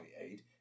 aid